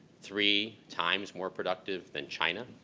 three times more productive than china.